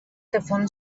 davon